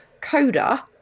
Coda